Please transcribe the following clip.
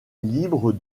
libre